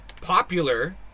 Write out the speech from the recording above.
popular